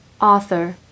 author